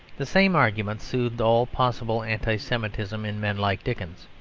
the same argument soothed all possible anti-semitism in men like dickens.